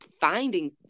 finding